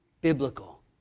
biblical